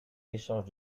échange